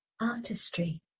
artistry